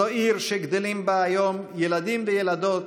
זו עיר שגדלים בה היום ילדים וילדות